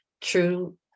true